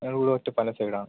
ആ ഇവിടെ ഒറ്റപ്പാലം സൈഡ് ആണ്